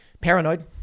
Paranoid